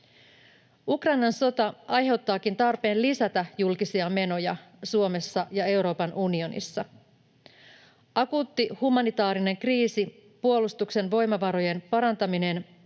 Ukrainan sota aiheuttaakin tarpeen lisätä julkisia menoja Suomessa ja Euroopan unionissa. Akuutti humanitaarinen kriisi, puolustuksen voimavarojen parantaminen,